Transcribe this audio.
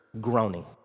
groaning